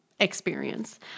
experience